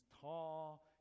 tall